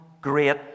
great